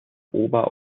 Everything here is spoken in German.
ober